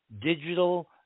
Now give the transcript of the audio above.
digital